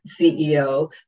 CEO